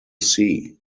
sea